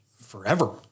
forever